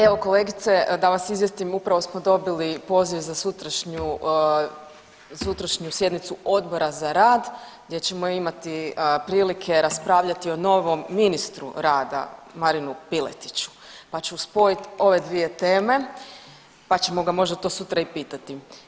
Evo, kolegice, da vas izvijestim, upravo smo dobili poziv za sutrašnju sjednicu Odbora za rad gdje ćemo imati prilike raspravljati o novom ministru rada Marinu Piletiću pa ću spojiti ove dvije teme pa ćemo ga možda to sutra i pitati.